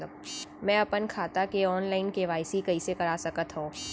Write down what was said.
मैं अपन खाता के ऑनलाइन के.वाई.सी कइसे करा सकत हव?